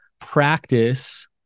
practice